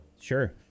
Sure